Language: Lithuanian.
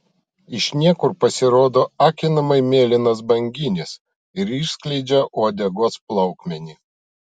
iš niekur pasirodo akinamai mėlynas banginis ir išskleidžia uodegos plaukmenį